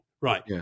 Right